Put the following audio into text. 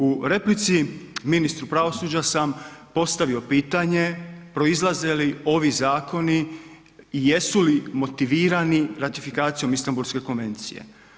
U replici ministru pravosuđa sam postavio pitanje proizlaze li ovi zakoni i jesu li motivirani ratifikacijom Istanbulske konvencije.